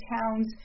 towns